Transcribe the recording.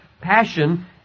passion